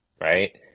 Right